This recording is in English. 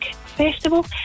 Festival